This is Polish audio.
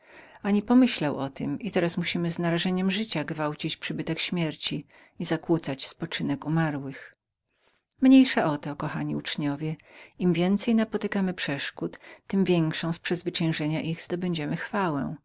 ani pomyślał o tem i teraz musimy z narażeniem życia gwałcić przybytek śmierci i kłócić spoczynek umarłych mniejsza o to kochani uczniowie im więcej napotykamy przeszkód tem większą w przezwyciężeniu ich zdobędziemy chwałę